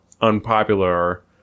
unpopular